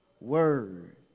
word